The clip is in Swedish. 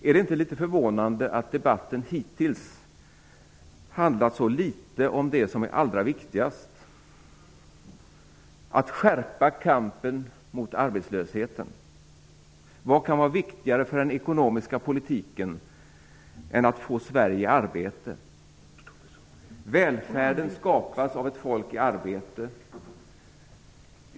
Är det inte litet förvånande att debatten hittills har handlat så litet om det som är allra viktigast, nämligen att skärpa kampen mot arbetslösheten? Vad kan vara viktigare för den ekonomiska politiken än att få Sverige i arbete? Välfärden skapas av ett folk i arbete.